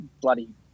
bloody